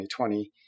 2020